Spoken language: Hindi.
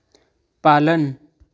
पालन